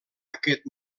aquest